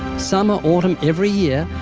summer, autumn, every year.